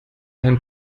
ein